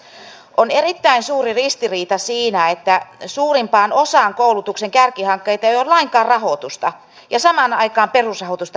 on erittäin suuri ristiriita siinä että suurimpaan osaan koulutuksen kärkihankkeita ei ole lainkaan rahoitusta ja samaan aikaan perusrahoitusta vähennetään